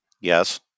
Yes